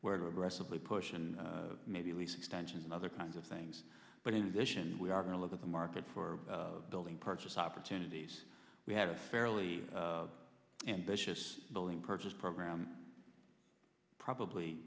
where to aggressively push and maybe least engines and other kinds of things but in addition we are going to look at the market for building purchase opportunities we have a fairly ambitious building purchase program probably